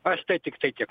aš tiktai tiek